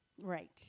Right